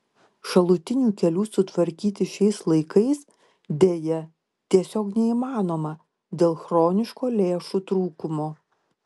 šalutinių kelių sutvarkyti šiais laikais deja tiesiog neįmanoma dėl chroniško lėšų trūkumo